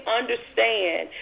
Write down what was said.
understand